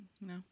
no